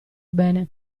bene